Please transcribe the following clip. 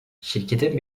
şirketin